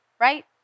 right